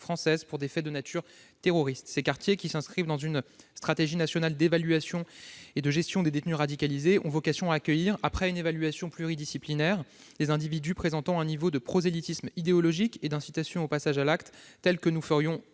françaises pour des faits de nature terroriste. Ces quartiers, qui s'inscrivent dans une stratégie nationale d'évaluation et gestion des détenus radicalisés, ont vocation à accueillir, après une évaluation pluridisciplinaire, les individus présentant un niveau de prosélytisme idéologique et d'incitation au passage à l'acte tel que nous ferions courir